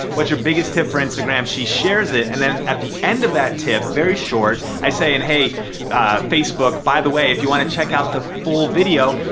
what's your biggest tip for instagram? she shares it and then at the end of that tip, very short, i say, and hey facebook, by the way, if you wanna check out the full video,